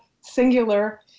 singular